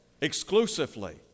exclusively